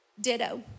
Ditto